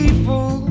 People